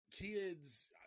kids